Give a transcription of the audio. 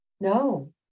No